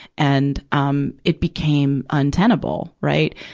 and, um, it became untenable, right?